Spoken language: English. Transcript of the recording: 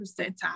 percentile